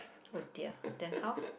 oh their then how